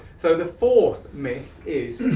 so, the fourth myth is,